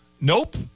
Nope